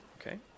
Okay